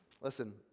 Listen